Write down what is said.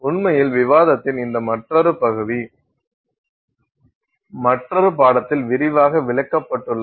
உண்மையில் விவாதத்தின் இந்த பகுதி மற்றொரு பாடத்தில் விரிவாக விளக்கப்பட்டுள்ளது